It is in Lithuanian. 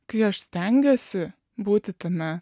kai aš stengiuosi būti tame